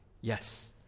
Yes